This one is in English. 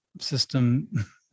system